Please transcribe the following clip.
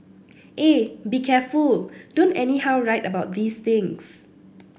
eh be careful don't anyhow write about these things